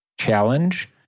challenge